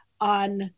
on